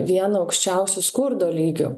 vieną aukščiausių skurdo lygių